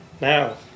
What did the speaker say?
Now